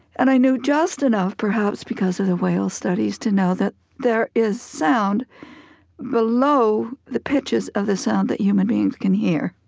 and i knew just enough perhaps because of the whale studies to know that there is sound below the pitches of the sound that human beings can hear.